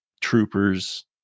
troopers